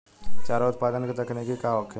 चारा उत्पादन के तकनीक का होखे?